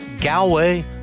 Galway